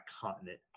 continent